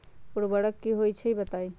उर्वरक की होई छई बताई?